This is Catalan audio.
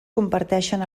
comparteixen